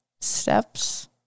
steps